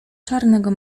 czarnego